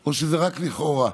או שזה רק לכאורה.